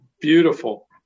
Beautiful